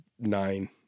nine